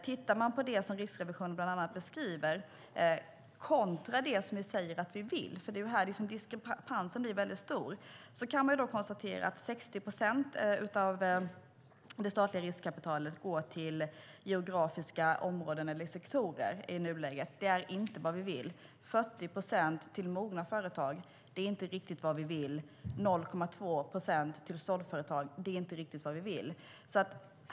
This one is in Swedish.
Tar vi det Riksrevisionen beskriver kontra det vi säger att vi vill - här är diskrepansen stor - kan vi konstatera att 60 procent av det statliga riskkapitalet i nuläget går till geografiska områden eller sektorer, och det är inte vad vi vill. 40 procent går till mogna företag, och det är inte vad vi vill. 0,2 procent går till såddföretag, och det är inte vad vi vill.